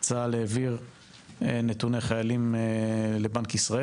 צה"ל העיר נתוני חיילים לבנק ישראל.